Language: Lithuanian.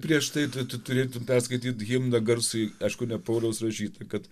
prieš tai tu tu turėtum perskaityt himną garsųjį aišku ne pauliaus rašytą kad